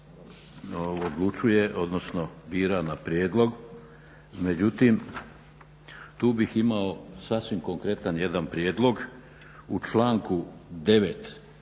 odlučuje odnosno bira na prijedlog, međutim, tu bih imao sasvim konkretan jedan prijedlog u članku